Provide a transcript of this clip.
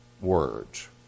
words